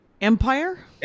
empire